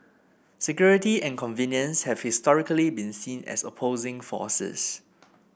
security and convenience have historically been seen as opposing forces